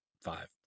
five